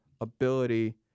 ability